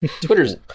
Twitter's